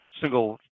single